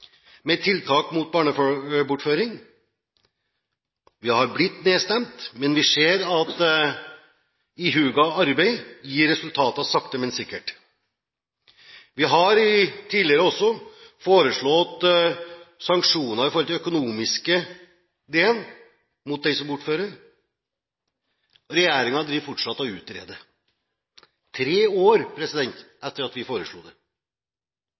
tiltak mot barnebortføring. Vi har blitt nedstemt, men vi ser at ihuga arbeid sakte, men sikkert gir resultater. I forhold til den økonomiske delen har vi tidligere også foreslått sanksjoner mot den som bortfører. Regjeringen driver fortsatt og utreder – tre år etter at vi foreslo